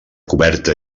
coberta